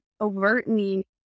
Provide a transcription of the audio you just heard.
overtly